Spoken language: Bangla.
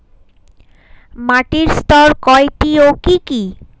মাটির স্তর কয়টি ও কি কি?